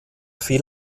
fiel